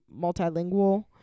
multilingual